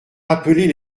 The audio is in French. appeler